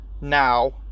now